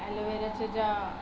ॲलोवेराच्या ज्या